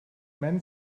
many